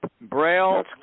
Braille